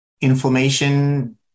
Inflammation